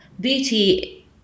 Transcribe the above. Beauty